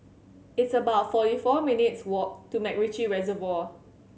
it's about forty four minutes' walk to MacRitchie Reservoir